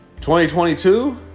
2022